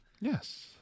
Yes